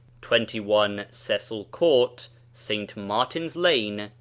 twenty one, cecil court st. martin's lane,